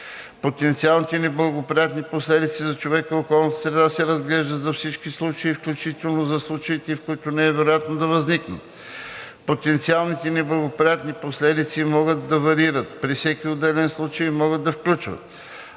Потенциалните неблагоприятни последици за човека и околната среда се разглеждат за всички случаи, включително за случаите, в които не е вероятно да възникнат. Потенциалните неблагоприятни последици могат да варират при всеки отделен случай и могат да включват: